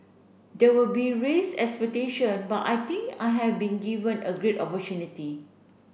there will be raised expectation but I think I have been given a great opportunity